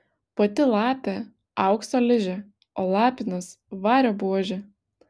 pati lapė aukso ližė o lapinas vario buožė